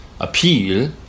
appeal